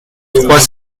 trois